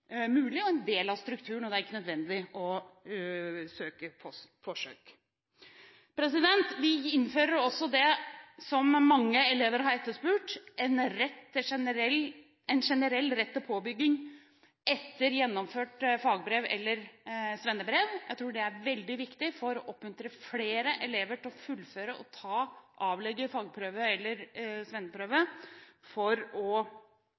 mulig og en del av strukturen, og det er ikke nødvendig å søke forsøk. Vi innfører også det som mange elever har etterspurt, en generell rett til påbygging etter gjennomført fagbrev eller svennebrev. Jeg tror det er veldig viktig for å oppmuntre flere elever til å fullføre og avlegge fagprøve eller svenneprøve, for nettopp å